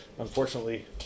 Unfortunately